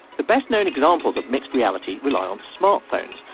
the best known examples of mixed reality rely on smartphones.